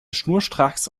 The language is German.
schnurstracks